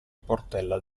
portella